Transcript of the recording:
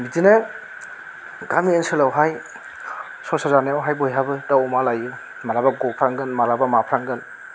बिदिनो गामि ओनसोलावहाय संसार जानायहाय बयहाबो दाउ अमा लायो मालाबा गफ्लांगोन मालाबा माफ्लांगोन